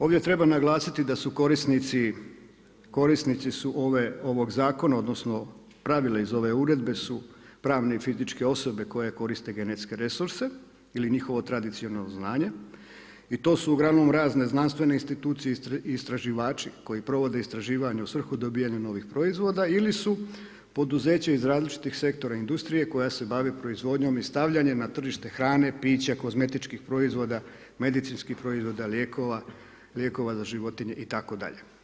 Ovdje treba naglasiti da su korisnici ovog zakona odnosno pravila iz ove uredbe su pravne i fizičke osobe koje koriste genetske resurse ili njihovo tradicionalno znanje i to su uglavnom razne zdravstvene institucije i istraživači koji provode istraživanje u svrhu dobivanja novih proizvoda ili su poduzeće iz različitih sektora industrije koja se bavi proizvodnjom i stavljanje na tržište hrane, pića, kozmetičkih proizvoda, medicinskih proizvoda, lijekova za životinje itd.